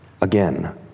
again